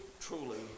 truly